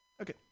Okay